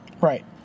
Right